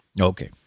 Okay